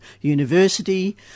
university